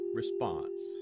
response